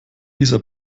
dieser